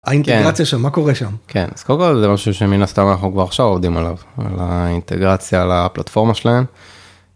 האינטגרציה של מה קורה שם. כן, אז קודם כל זה משהו שמן הסתם אנחנו כבר עכשיו עובדים עליו. על האינטגרציה על הפלטפורמה שלהם.